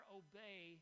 obey